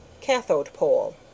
cathode-pole